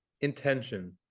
intention